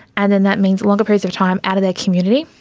and then that means longer periods of time out of their community,